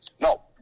No